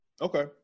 okay